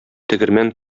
тегермән